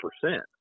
percent